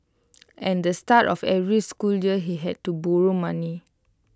and the start of every school year he had to borrow money